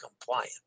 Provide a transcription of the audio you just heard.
compliant